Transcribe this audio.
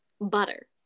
butter